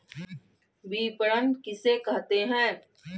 विपणन किसे कहते हैं?